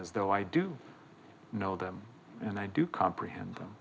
as though i do know them and i do comprehend